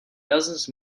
dozens